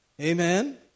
Amen